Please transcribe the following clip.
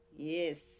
yes